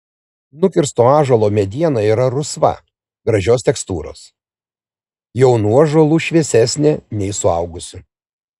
nukirsto ąžuolo mediena yra rusva gražios tekstūros jaunų ąžuolų šviesesnė nei suaugusių